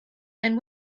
and